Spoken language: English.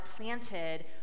planted